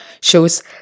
shows